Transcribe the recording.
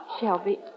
Shelby